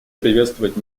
приветствовать